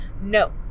no